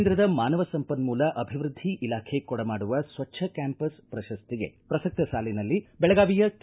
ಕೇಂದ್ರದ ಮಾನವ ಸಂಪನ್ಮೂಲ ಅಭಿವೃದ್ಧಿ ಇಲಾಖೆ ಕೊಡಮಾಡುವ ಸ್ವಚ್ಛ ಕ್ಕಾಂಪಸ್ ಪ್ರಶಸ್ತಿಗೆ ಪ್ರಸಕ್ತ ಸಾಲಿನಲ್ಲಿ ಬೆಳಗಾವಿಯ ಕೆ